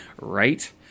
Right